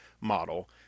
model